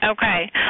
Okay